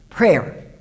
Prayer